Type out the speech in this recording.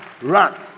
run